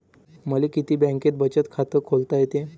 मले किती बँकेत बचत खात खोलता येते?